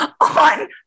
on